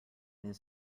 his